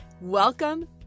Welcome